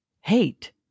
hate